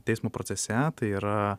teismo procese tai yra